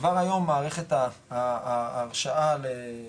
כבר היום מערכת ההרשאה לתכנון